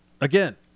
again